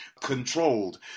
controlled